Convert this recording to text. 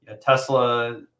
Tesla